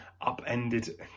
upended